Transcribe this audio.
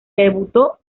debutó